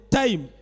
time